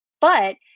but-